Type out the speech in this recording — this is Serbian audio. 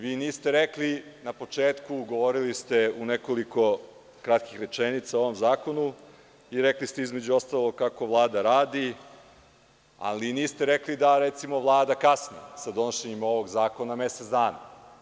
Vi niste rekli na početku, govorili ste u nekoliko kratkih rečenica o ovom zakonu, rekli ste između ostalog kako Vlada radi, ali niste rekli da recimo Vlada kasni sa donošenjem ovog zakona mesec dana.